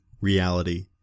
reality